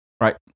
right